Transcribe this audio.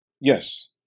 yes